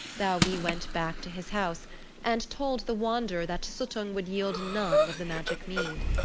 baugi went back to his house and told the wanderer that suttung would yield none of the magic mead.